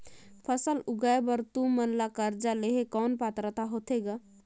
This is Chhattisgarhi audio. फसल उगाय बर तू मन ला कर्जा लेहे कौन पात्रता होथे ग?